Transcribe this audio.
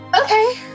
Okay